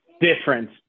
difference